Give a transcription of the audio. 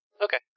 Okay